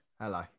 Hello